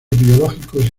biológicos